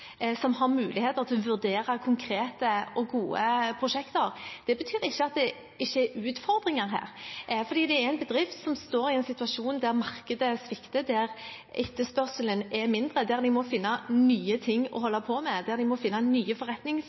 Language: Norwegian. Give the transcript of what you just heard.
som gir muligheter til å vurdere konkrete og gode prosjekter. Det betyr ikke at det ikke er utfordringer her, for det er en bedrift som står i en situasjon der markedet svikter, der etterspørselen er mindre, der de må finne nye ting å holde på med, der de må finne nye